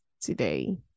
today